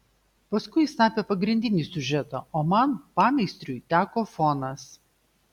paskui jis tapė pagrindinį siužetą o man pameistriui teko fonas